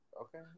Okay